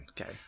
Okay